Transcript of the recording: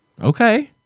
Okay